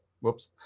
whoops